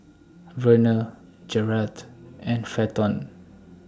Verner Gerhardt and Fenton